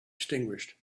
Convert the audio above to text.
extinguished